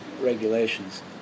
regulations